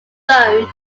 bone